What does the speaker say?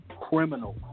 criminal